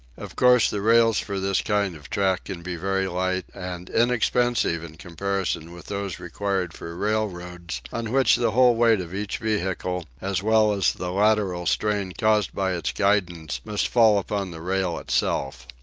of course the rails for this kind of track can be very light and inexpensive in comparison with those required for railroads on which the whole weight of each vehicle, as well as the lateral strain caused by its guidance, must fall upon the rail itself.